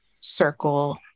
circle